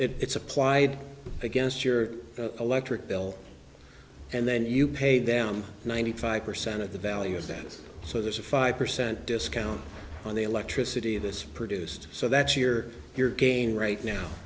it's applied against your electric bill and then you pay them ninety five percent of the value of that so there's a five percent discount on the electricity this produced so that's you're here again right now